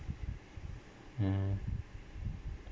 mm